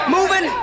Moving